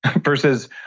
versus